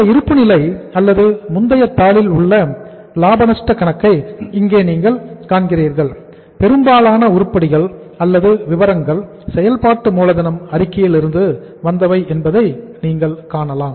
இந்த இருப்பு நிலை அல்லது முந்தைய தாளில் உள்ள லாப நஷ்ட கணக்கை இங்கே நீங்கள் காண்கிறீர்கள் பெரும்பாலான உருப்படிகள் அல்லது விவரங்கள் செயல்பாட்டு மூலதனம் அறிக்கையிலிருந்து வந்தவை என்பதை நீங்கள் காணலாம்